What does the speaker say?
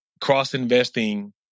cross-investing